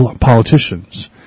politicians